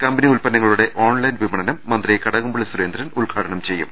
കമ്പനിഉത്പന്നങ്ങളുടെ online വിപണനം മന്ത്രി കടകംപള്ളി സുരേന്ദ്രൻ ഉദ്ഘാടനം ചെയ്യും